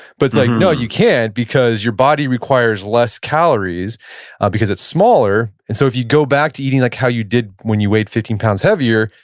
but it's like no, you can't, because your body requires less calories because it's smaller, and so if you go back to eating like how you did when you weighed fifteen pounds heavier,